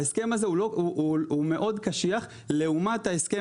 ההסכם הזה הוא מאוד קשיח לעומת ההסכם